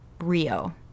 Rio